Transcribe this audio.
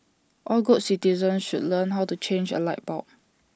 all good citizens should learn how to change A light bulb